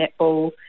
netball